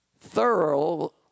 thorough